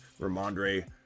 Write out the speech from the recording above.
Ramondre